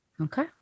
okay